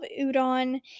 udon